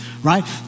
Right